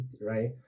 right